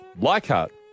Leichhardt